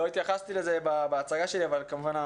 לא התייחסתי לזה בהצגה שלי אבל כמובן,